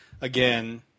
again